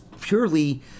purely